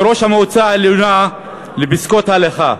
ראש המועצה העליונה לפסקי הלכה,